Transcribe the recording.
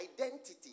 identity